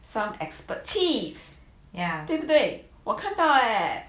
some expert tips yeah 对不对我看 leh